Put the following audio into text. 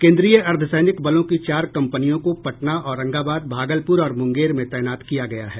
केन्द्रीय अर्द्व सैनिक बलों की चार कम्पनियों को पटना औरंगाबाद भागलपुर और मुंगेर में तैनात किया गया है